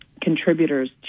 contributors